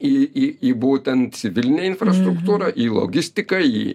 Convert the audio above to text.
į į į būtent civilinę infrastruktūrą į logistiką į